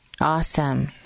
Awesome